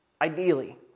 ideally